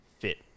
fit